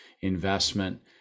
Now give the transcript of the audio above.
investment